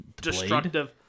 destructive